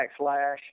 backslash